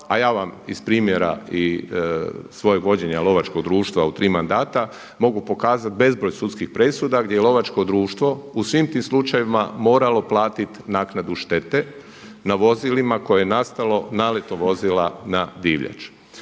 a ja vam iz primjera svojeg vođenja lovačkog društva u tri mandata mogu pokazati bezbroj sudskih presuda gdje lovačko društvo u svim tim slučajevima moralo platiti naknadu štete na vozilima koje je nastalo naletom vozila na divljač.